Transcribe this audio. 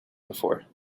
before